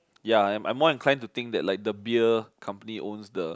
ya I'm I'm more inclined to think that the beer company owns the